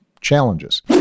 challenges